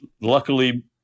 luckily